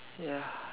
ya